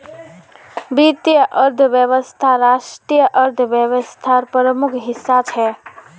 वीत्तिये अर्थवैवस्था राष्ट्रिय अर्थ्वैवास्थार प्रमुख हिस्सा छे